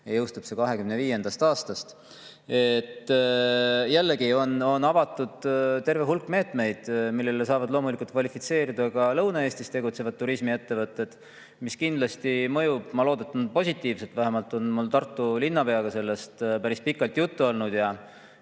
Ja jõustub see 2025. aastast. Jällegi, on avatud terve hulk meetmeid, millele saavad loomulikult kvalifitseeruda ka Lõuna-Eestis tegutsevad turismiettevõtted. [Need meetmed] mõjuvad, ma loodan, positiivselt. Vähemalt on mul Tartu linnapeaga sellest päris pikalt juttu olnud. Ja